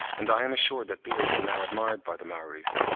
and i am assured that beards are now admired by the maories.